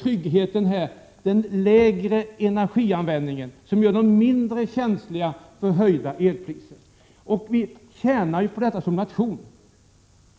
tryggheten i detta sammanhang, dvs. den lägre energianvändningen som gör dem mindre känsliga vid en höjning av elpriserna. Som nation tjänar Sverige på detta.